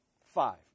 Five